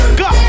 go